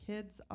Kids